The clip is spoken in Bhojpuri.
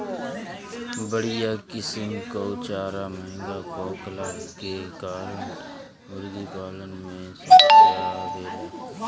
बढ़िया किसिम कअ चारा महंगा होखला के कारण मुर्गीपालन में समस्या आवेला